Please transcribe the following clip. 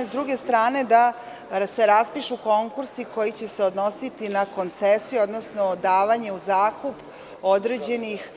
Sa druge strane, da se raspišu konkursi koji će se odnositi na koncesiju, odnosno davanje u zakup određenih